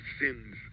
sins